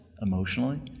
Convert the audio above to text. emotionally